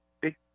big